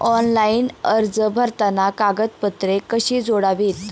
Online अर्ज भरताना कागदपत्रे कशी जोडावीत?